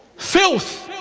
filth